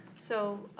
so